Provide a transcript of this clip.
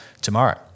tomorrow